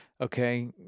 okay